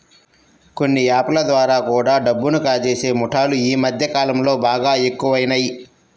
కొన్ని యాప్ ల ద్వారా కూడా డబ్బుని కాజేసే ముఠాలు యీ మద్దె కాలంలో బాగా ఎక్కువయినియ్